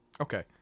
Okay